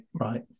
Right